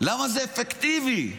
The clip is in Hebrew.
זה אפקטיבי.